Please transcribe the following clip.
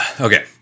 okay